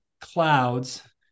clouds